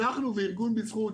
אנחנו וארגון בזכות,